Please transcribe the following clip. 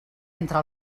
entre